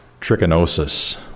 Trichinosis